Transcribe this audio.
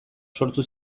sortu